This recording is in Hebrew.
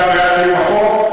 אתה בעד קיום החוק?